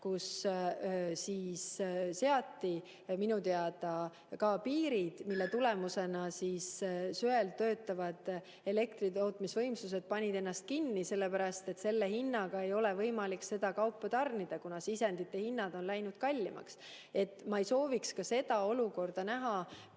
kus seati minu teada ka piirid, mille tulemusena söe baasil töötavad elektritootmisvõimsused pandi kinni, sellepärast et selle hinnaga ei ole võimalik seda kaupa tarnida, kuna sisendite hinnad on läinud kallimaks. Nii et ma ei sooviks ka seda olukorda näha,